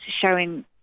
showing